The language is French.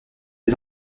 est